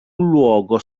luogo